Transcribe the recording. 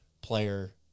player